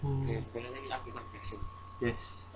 oh yes